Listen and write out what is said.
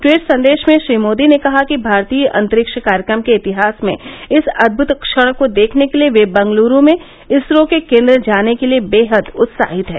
tweet संदेश में श्री मोदी ने कहा कि भारतीय अंतरिक्ष कार्यक्रम के इतिहास में इस अदभुत क्षण को देखने के लिए वे बेंगलूरू में इसरो के केंद्र जाने के लिए बेहद उत्साहित हैं